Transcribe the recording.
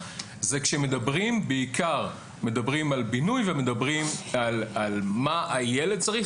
זה כשמדברים על בינוי ועל מה הילד צריך,